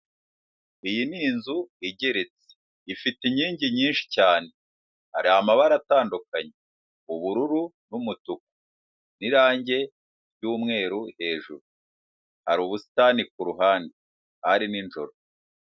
Iyi ni inzu igeretse, ifite inkingi nyinshi cyane, hari amabara atandukanye, ubururu n'umutuku, n'irangi ry'umweru hejuru, hari ubusitani ku ruhande; hari nijoro.